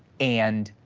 and,